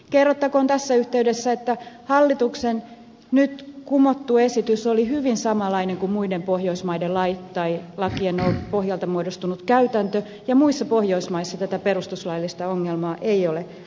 kerrottakoon tässä yhteydessä että hallituksen nyt kumottu esitys oli hyvin samanlainen kuin muiden pohjoismaiden lakien pohjalta muodostunut käytäntö ja muissa pohjoismaissa tätä perustuslaillista ongelmaa ei ole havaittu